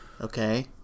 Okay